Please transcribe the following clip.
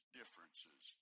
differences